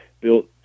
built